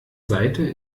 seite